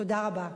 תודה רבה.